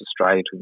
australia